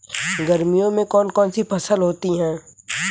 गर्मियों में कौन कौन सी फसल होती है?